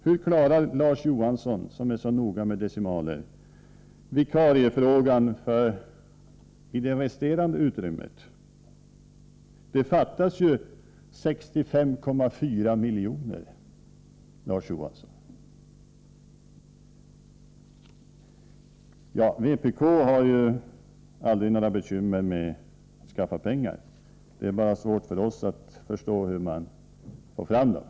Hur klarar Larz Johansson, som är så noga med decimaler, vikariefrågan i det resterande utrymmet? Det fattas ju 65,4 miljoner, Larz Johansson. Vpk har som bekant aldrig några bekymmer med att skaffa pengar. Det är bara så svårt för oss att förstå hur man skall kunna få fram dem.